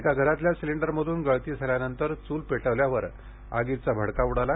एका घरातल्या सिलिंडरमधून गळती झाल्यानंतर चूल पेटवल्यावर आगीचा भडका उडाला